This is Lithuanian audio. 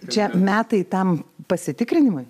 čia metai tam pasitikrinimui